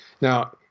Now